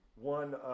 one